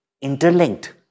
interlinked